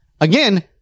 again